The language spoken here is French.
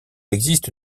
existe